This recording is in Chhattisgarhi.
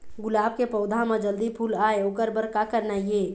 गुलाब के पौधा म जल्दी फूल आय ओकर बर का करना ये?